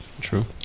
True